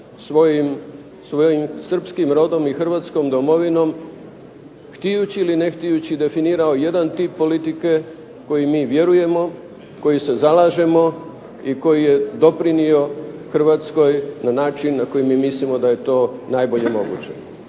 svojim srpskim rodom i Hrvatskom domovinom htijući ili ne htijući definirao jedan tip politike koji mi vjerujemo, koji se zalažemo i koji je doprinio Hrvatskoj na način na koji mi mislimo da je to najbolje moguće.